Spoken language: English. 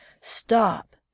Stop